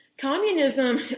communism